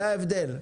זה ההבדל.